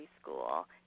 school